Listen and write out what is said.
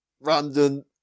random